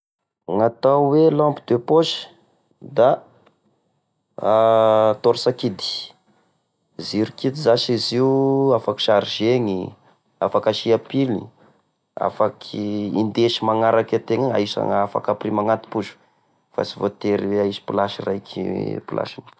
Gny atao oe lampe de poche da torche kidy ziro zasy izy io afaka chargeny, afaka asia pily, afaka indesy magnaraky itegna isana, afaka apirimo agnaty poso, fa tsy voatery hoe: aisy plasy raiky e plasiny.